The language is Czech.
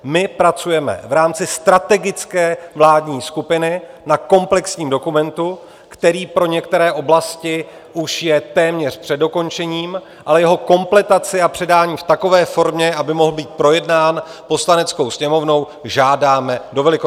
My pracujeme v rámci strategické vládní skupiny na komplexním dokumentu, který pro některé oblasti už je téměř před dokončením, a jeho kompletaci a předání v takové formě, aby mohl být projednán Poslaneckou sněmovnou, žádáme do Velikonoc.